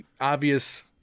obvious